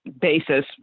basis